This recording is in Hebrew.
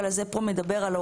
אולי אם יהיו לנו כמה דקות,